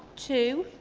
two,